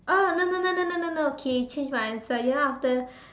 oh no no no no no okay change my answer you know after